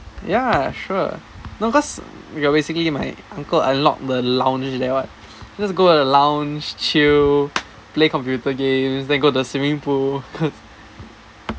ya sure no cause ya basically my uncle a lot the lounge there [what] just go to the lounge chill play computer games then go to the swimming pool